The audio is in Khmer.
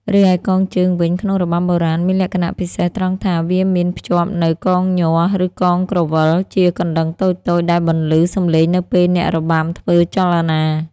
រីឯកងជើងវិញក្នុងរបាំបុរាណមានលក្ខណៈពិសេសត្រង់ថា វាមានភ្ជាប់នូវ "កងញ័រ" ឬ "កងក្រវិល" ជាកណ្តឹងតូចៗ ដែលបន្លឺសំឡេងនៅពេលអ្នករបាំធ្វើចលនា។